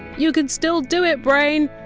you can still do it, brain!